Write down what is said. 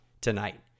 tonight